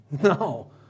No